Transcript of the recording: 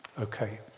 Okay